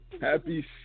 Happy